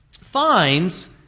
finds